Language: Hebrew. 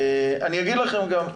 אני אגיד לכם גם,